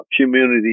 community